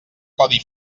codi